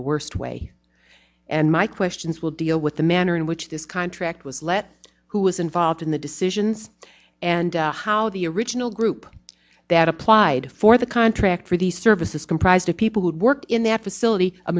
the worst way and my questions will deal with the manner in which this contract was let who was involved in the decisions and how the original group that applied for the contract for the services comprised of people who work in th